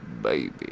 baby